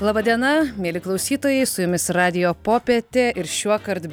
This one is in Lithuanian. laba diena mieli klausytojai su jumis radijo popietė ir šiuokart